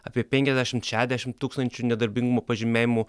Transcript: apie penkiasdešimt šešiasdešimt tūkstančių nedarbingumo pažymėjimų